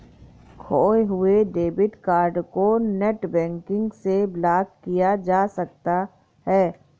खोये हुए debit card को नेटबैंकिंग से ब्लॉक किया जा सकता है